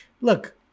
Look